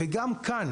וגם כאן,